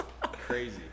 Crazy